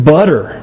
Butter